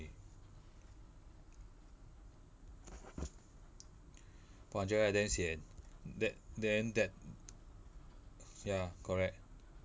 two hundred right damn sian that then that ya correct